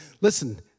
Listen